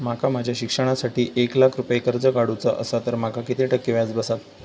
माका माझ्या शिक्षणासाठी एक लाख रुपये कर्ज काढू चा असा तर माका किती टक्के व्याज बसात?